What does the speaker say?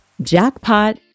Jackpot